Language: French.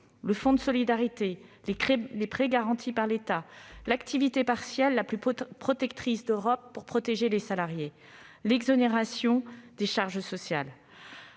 le fonds de solidarité, des prêts garantis par l'État, l'activité partielle la plus protectrice d'Europe pour préserver les salariés, des exonérations de charges sociales.